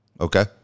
Okay